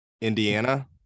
Indiana